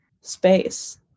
space